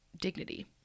dignity